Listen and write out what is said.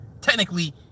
Technically